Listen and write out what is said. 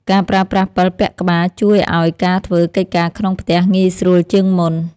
ការប្រើប្រាស់ពិលពាក់ក្បាល ជួយឱ្យការធ្វើកិច្ចការក្នុងផ្ទះងាយស្រួលជាងមុន។